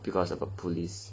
because of a police